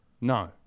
No